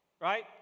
right